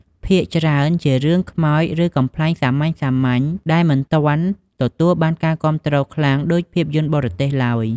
ភាគច្រើនជារឿងខ្មោច ឬកំប្លែងសាមញ្ញៗ ដែលមិនទាន់ទទួលបានការគាំទ្រខ្លាំងដូចភាពយន្តបរទេសឡើយ។